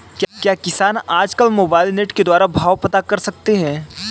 क्या किसान आज कल मोबाइल नेट के द्वारा भाव पता कर सकते हैं?